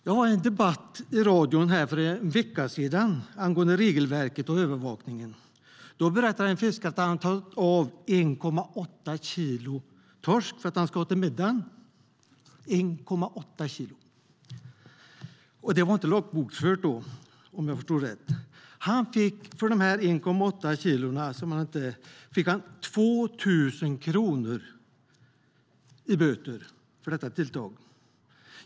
Jag var i med en debatt i radio för en vecka sedan angående regelverket och övervakningen. Då berättade en fiskare att han hade tagit av 1,8 kilo torsk för att ha till middagen. Dessa 1,8 kilo var inte loggboksförda, om jag förstod det rätt. För tilltaget med de 1,8 kilona fick han böter på 2 000 kronor.